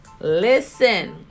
Listen